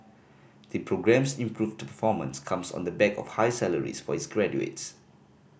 the programme's improved performance comes on the back of higher salaries for its graduates